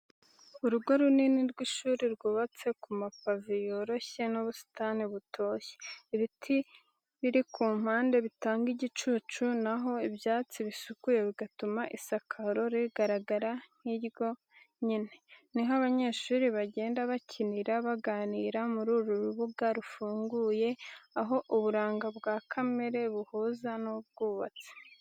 Urugo runini rw’ishuri rwubatse ku mapave yoroshye n’ubusitani butoshye. Ibiti biri ku mpande bitanga igicucu, na ho ibyatsi bisukuye bigatuma isakaro ritagaragara nk’iryonyine. Ni ho abanyeshuri bagenda, bakinira, baganira muri uru rubuga rufunguye, aho uburanga bwa kamere buhuza n’ubwubatsi.